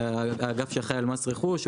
האגף שאחראי על מס רכוש.